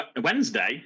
Wednesday